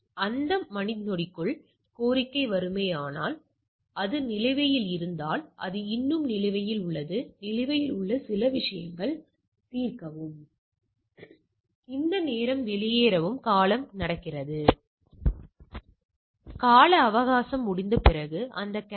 அட்டவணையில் இருந்து அது 22 ஆக இருப்பதால் இது 1 கட்டின்மை கூறுகளாக இருக்கும் எனவே நாம் 1 கட்டின்மை கூறுகளுக்குச் செல்கிறோம் இது 3